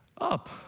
up